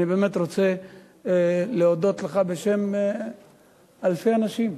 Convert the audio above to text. אני באמת רוצה להודות לך בשם אלפי אנשים.